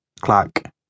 Clack